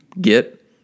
get